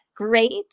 great